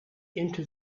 into